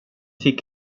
fick